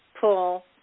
pull